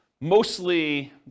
mostly